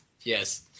Yes